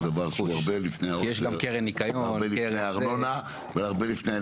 יש דבר שהוא הרבה לפני העושר והרבה לפני הארנונה.